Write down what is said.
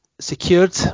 secured